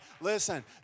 Listen